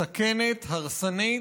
מסוכנת, מסכנת, הרסנית,